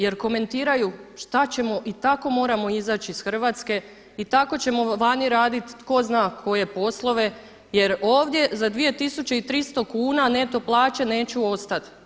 Jer komentiraju šta ćemo i tako moramo izaći iz Hrvatske i tako ćemo vani radit tko zna koje poslove, jer ovdje za 2300 kuna neto plaće neću ostat.